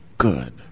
good